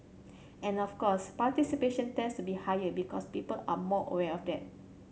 and of course participation tends to be higher because people are more aware of that